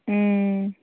ꯎꯝ